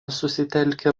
susitelkę